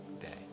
day